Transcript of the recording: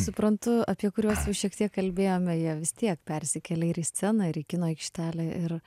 suprantu apie kuriuos jau šiek tiek kalbėjome jie vis tiek persikelia ir į sceną ir į kino aikštelę ir